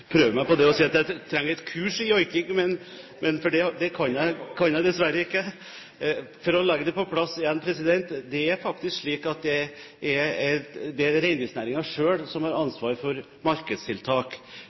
prøve meg på å si at jeg trenger et kurs i joiking, for det kan jeg dessverre ikke! For å legge det på plass igjen: Det er faktisk slik at det er reindriftsnæringen selv som har